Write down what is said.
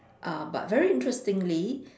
uh but very interestingly